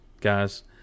guys